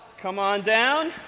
come on down.